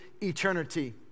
eternity